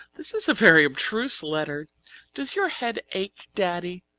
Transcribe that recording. this is a very abstruse letter does your head ache, daddy?